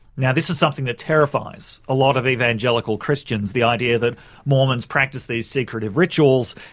now this is something that terrifies a lot of evangelical christians, the idea that mormons practise these secretive rituals.